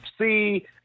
see